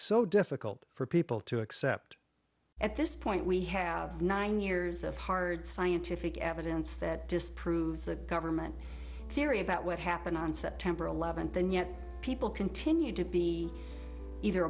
so difficult for people to accept at this point we have nine years of hard scientific evidence that disproves the government theory about what happened on september eleventh and yet people continue to be either